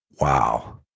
wow